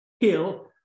kill